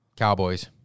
Cowboys